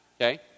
okay